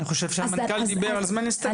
אני חושב שהמנכ"ל דיבר על זמן הסתגלות.